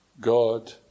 God